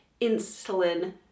insulin